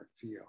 feel